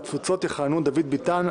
והתפוצות יכהנו דוד ביטן,